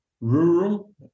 rural